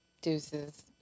Deuces